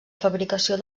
fabricació